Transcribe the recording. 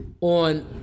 on